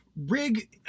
Rig